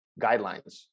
guidelines